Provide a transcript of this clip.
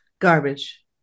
garbage